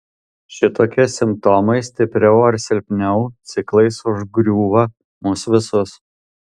šitokie simptomai stipriau ar silpniau ciklais užgriūva mus visus